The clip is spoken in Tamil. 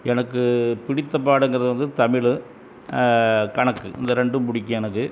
எனக்கு பிடித்த பாடங்கிறது வந்து தமிழ் கணக்கு இந்த ரெண்டும் பிடிக்கும் எனக்கு